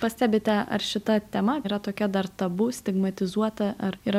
pastebite ar šita tema yra tokia dar tabu stigmatizuota ar yra